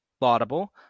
laudable